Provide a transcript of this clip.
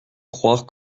croire